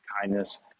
kindness